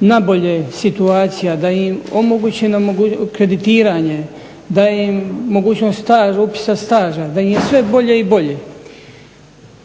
na bolje situacija, da im je omogućeno kreditiranje, da im mogućnost upisa staža, da im je sve bolje i bolje.